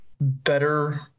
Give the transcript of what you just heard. better